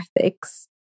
ethics